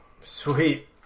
Sweet